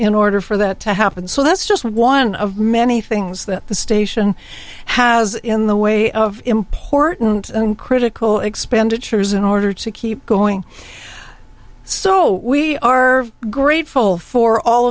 in order for that to happen so that's just one of many things that the station has in the way of important critical expenditures in order to keep going so we are grateful for all